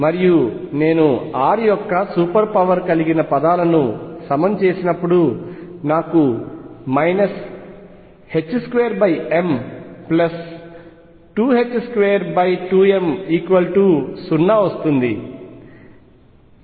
మరియు నేను r యొక్క సమాన పవర్ కలిగిన పదాలను సమం చేసినప్పుడు నాకు మైనస్ 2m222m0 వస్తుంది